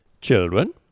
children